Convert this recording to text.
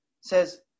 says